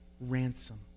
ransom